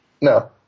No